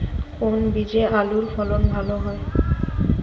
কোন বীজে আলুর ফলন ভালো হয়?